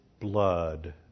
blood